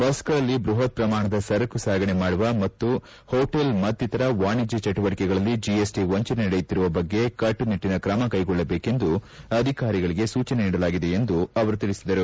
ಬಸ್ಗಳಲ್ಲಿ ಬೃಹತ್ ಪ್ರಮಾಣದ ಸರಕು ಸಾಗಣೆ ಮಾಡುವ ಮತ್ತು ಹೋಟೆಲ್ ಮತ್ತಿತರ ವಾಣಿಜ್ಞ ಚಟುವಟಿಕೆಗಳಲ್ಲಿ ಜಿಎಸ್ಟಿ ವಂಚನೆ ನಡೆಯುತ್ತಿರುವ ಬಗ್ಗೆ ಕಟ್ಲುನಿಟ್ಲಿನ ಕ್ರಮ ಕೈಗೊಳ್ಳಬೇಕೆಂದು ಅಧಿಕಾರಿಗಳಿಗೆ ಸೂಚನೆ ನೀಡಲಾಗಿದೆ ಎಂದು ಅವರು ತಿಳಿಸಿದರು